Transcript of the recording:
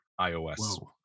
iOS